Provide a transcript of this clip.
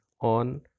on